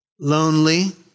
lonely